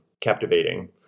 captivating